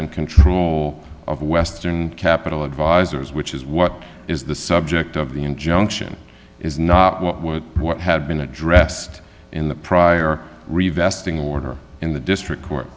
and control of western capital advisors which is what is the subject of the injunction is not what would what had been addressed in the prior revestive order in the district court